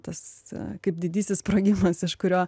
tas kaip didysis sprogimas iš kurio